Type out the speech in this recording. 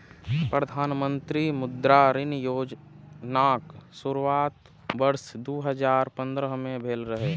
प्रधानमंत्री मुद्रा ऋण योजनाक शुरुआत वर्ष दू हजार पंद्रह में भेल रहै